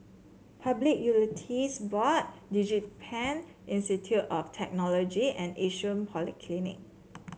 Public Utilities Board DigiPen Institute of Technology and Yishun Polyclinic